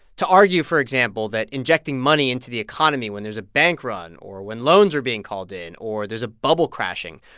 to argue, for example, that injecting money into the economy when there's a bank run or when loans are being called in or there's a bubble crashing,